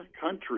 country